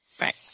right